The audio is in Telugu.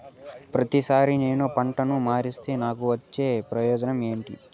ప్రతిసారి నేను పంటను మారిస్తే నాకు వచ్చే ప్రయోజనం ఏమి?